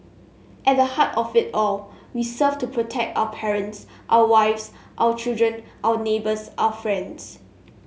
at the heart of it all we serve to protect our parents our wives our children our neighbours our friends